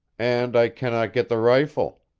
and i cannot get the rifle.